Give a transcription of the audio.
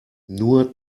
nur